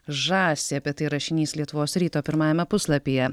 žąsį apie tai rašinys lietuvos ryto pirmajame puslapyje